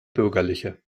bürgerliche